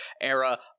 era